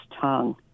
tongue